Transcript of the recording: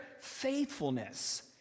faithfulness